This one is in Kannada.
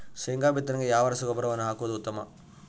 ಶೇಂಗಾ ಬಿತ್ತನೆಗೆ ಯಾವ ರಸಗೊಬ್ಬರವನ್ನು ಹಾಕುವುದು ಉತ್ತಮ?